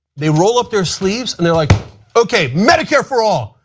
they roll up their sleeves and their like okay, medicare for ah